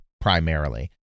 primarily